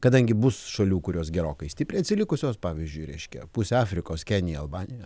kadangi bus šalių kurios gerokai stipriai atsilikusios pavyzdžiui reiškia pusė afrikos kenija albanija